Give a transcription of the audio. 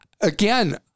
again